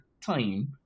time